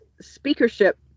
speakership